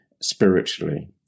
spiritually